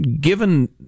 given